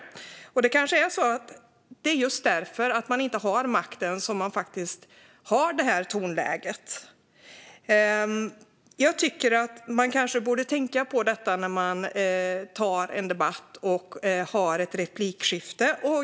Det kanske är just därför att man inte har makten som gör att man har det här tonläget. Man kanske borde tänka på det när man tar en debatt och har ett replikskifte.